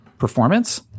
performance